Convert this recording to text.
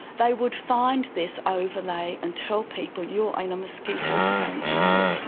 they would find this overlay and tell people you're in a mosquito prone area.